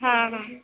হ্যাঁ হুম